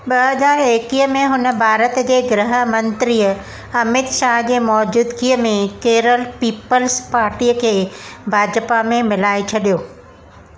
ॿ हज़ार एकवीह में हुन भारत जे गृह मंत्रीअ अमित शाह जी मौज़ूदगीअ में केरल पीपल्स पार्टीअ खे भाजपा में मिलाइ छॾियो